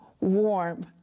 warm